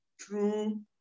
true